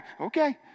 okay